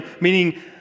meaning